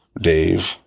Dave